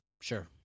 Sure